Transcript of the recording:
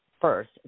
first